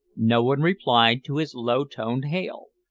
no one replied to his low-toned hail.